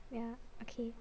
yeah okay